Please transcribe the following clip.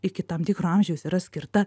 iki tam tikro amžiaus yra skirta